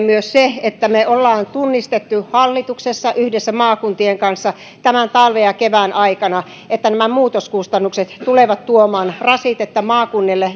myös me olemme tunnistaneet hallituksessa yhdessä maakuntien kanssa tämän talven ja kevään aikana että nämä muutoskustannukset tulevat tuomaan rasitetta maakunnille